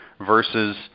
versus